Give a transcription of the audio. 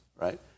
right